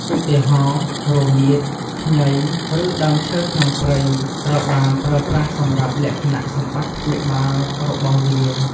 ឧទាហរណ៍៖ រមៀត ខ្ញី ឬដើមឈើក្នុងព្រៃ ត្រូវបានប្រើប្រាស់សម្រាប់លក្ខណៈសម្បត្តិព្យាបាលរបស់វា។